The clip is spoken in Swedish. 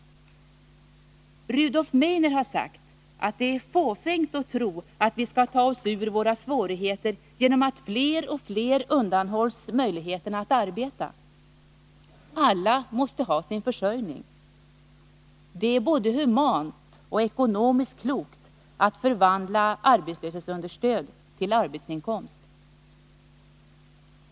Rudolf Meidner har sagt att det är fåfängt att tro att vi skall ta oss ur våra svårigheter genom att fler och fler undanhålls möjligheterna att arbeta. Alla måste ha sin försörjning. Det är både humant och ekonomiskt klokt att förvandla arbetslöshetsunderstöd till arbetsinkomst.